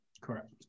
Correct